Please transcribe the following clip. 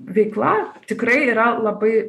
veikla tikrai yra labai